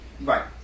Right